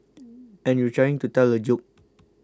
and you're trying to tell a joke